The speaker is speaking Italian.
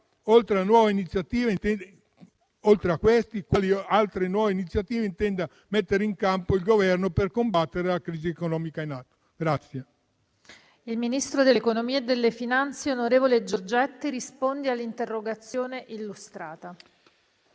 oltre a queste, quali nuove iniziative intenda mettere in campo il Governo per combattere la crisi economica in atto. PRESIDENTE. Il ministro dell'economia e delle finanze, onorevole Giorgetti, ha facoltà di rispondere all'interrogazione testé illustrata,